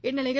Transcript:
இந்நிலையில்